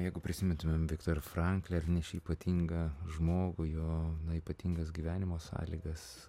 jeigu prisimintumėm viktorą franklį ar ne šį ypatingą žmogų jo ypatingas gyvenimo sąlygas